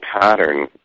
pattern